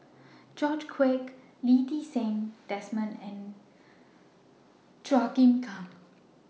George Quek Lee Ti Seng Desmond and Chua Chim Kang